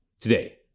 Today